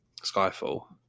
Skyfall